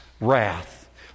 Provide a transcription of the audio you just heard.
wrath